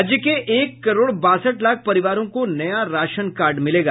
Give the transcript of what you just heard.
राज्य के एक करोड़ बासठ लाख परिवारों को नया राशन कार्ड मिलेगा